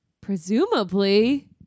Presumably